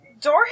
door